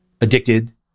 addicted